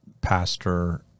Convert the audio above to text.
pastor